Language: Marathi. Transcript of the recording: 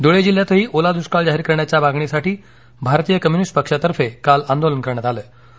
धळे जिल्ह्यातही ओला दुष्काळ जाहीर करण्याच्या मागणीसाठी भारतीय कम्युनिस्ट पक्षातर्फे काल आंदोलन करण्यात आलं आहे